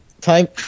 time